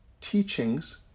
Teachings